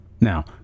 Now